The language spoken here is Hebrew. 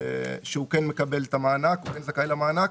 שהוא כן מקבל את המענק, הוא כן זכאי למענק,